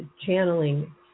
channeling